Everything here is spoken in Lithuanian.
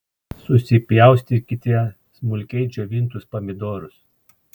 susipjaustykite smulkiai džiovintus pomidorus